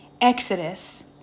Exodus